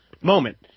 Moment